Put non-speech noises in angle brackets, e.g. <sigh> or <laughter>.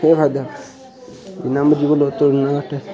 केह् फायदा <unintelligible>